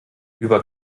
über